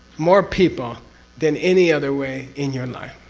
more people than any other way in your life.